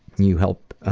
you help